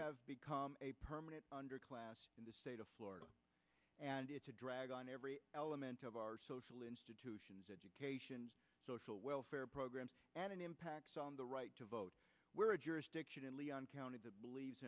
have become a permanent underclass in the state of florida and it's a drag on every element of our social institutions education social welfare programs and it impacts on the right to vote where a jurisdiction in leon county the believes